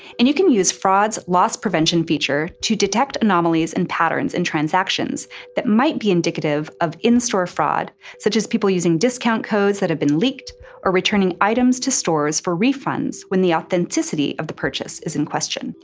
and you can use fraud's loss prevention feature to detect anomalies and patterns in transactions that might be indicative of in-store fraud, such as people using discount codes that have been leaked or returning items to stores for refunds when the authenticity of the purchase is in question.